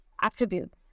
attribute